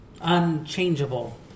unchangeable